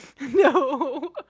No